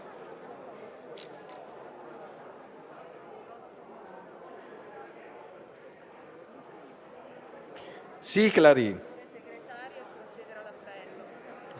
Grazie